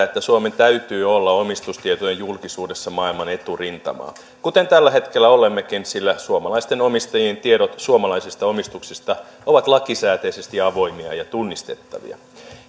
että suomen täytyy olla omistustietojen julkisuudessa maailman eturintamaa kuten tällä hetkellä olemmekin sillä suomalaisten omistajien tiedot suomalaisista omistuksista ovat lakisääteisesti avoimia ja tunnistettavia